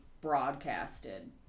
broadcasted